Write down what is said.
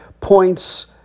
points